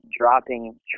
dropping